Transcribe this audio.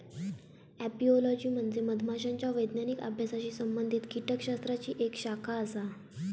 apiology म्हणजे मधमाशांच्या वैज्ञानिक अभ्यासाशी संबंधित कीटकशास्त्राची एक शाखा आसा